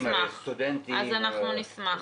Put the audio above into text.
אנחנו נשמח.